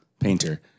painter